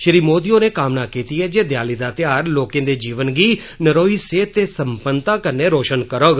श्री मोदी होरें कामना कीती ऐ जे दिआली दा त्यौहार लोकें दे जीवन गी नरोई सेहत ते सम्पन्नता कन्नै रोशन करोग